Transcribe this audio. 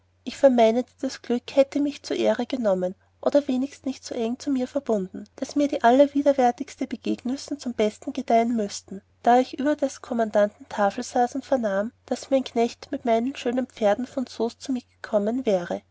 ich vermeinete das glück hätte mich zur ehe genommen oder wenigst sich so eng zu mir verbunden daß mir die allerwiderwärtigste begegnussen zum besten gedeihen müßten da ich über des kommandanten tafel saß und vernahm daß mein knecht mit meinen zwei schönen pferden von soest zu mir kommen wäre